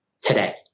today